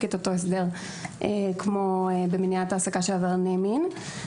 את אותו הסדר כמו שקיים במניעת העסקה של עברייני מין.